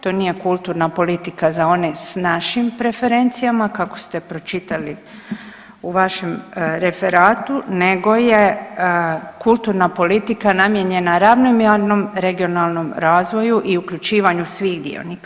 To nije kulturna politika za one s našim preferencijama kako ste pročitali u vašem referatu nego je kulturna politika namijenjena ravnomjernom regionalnom razvoju i uključivanju svih dionika.